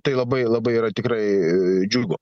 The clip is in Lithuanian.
tai labai labai yra tikrai džiugu